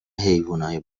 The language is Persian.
حیونای